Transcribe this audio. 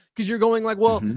because you're going like, well,